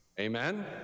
amen